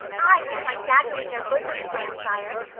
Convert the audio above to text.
ay, with my dagger in their bosoms, grandsire.